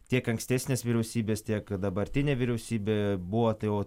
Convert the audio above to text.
tiek ankstesnės vyriausybės tiek dabartinė vyriausybė buvo tai jau